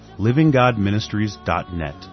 livinggodministries.net